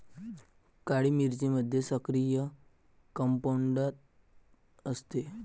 काळी मिरीमध्ये सक्रिय कंपाऊंड असते